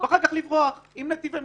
ואחר כך לברוח עם נתיב המילוט.